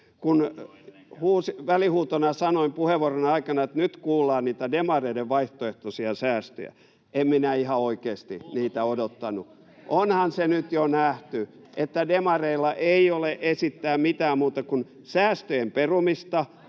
Kun välihuutona sanoin puheenvuoronne aikana, että nyt kuullaan niitä demareiden vaihtoehtoisia säästöjä, en minä ihan oikeasti niitä odottanut. [Vilhelm Junnila: Kultamunia!] Onhan se nyt jo nähty, että demareilla ei ole esittää mitään muuta kuin säästöjen perumista,